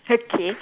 okay